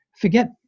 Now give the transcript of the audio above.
forget